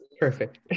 Perfect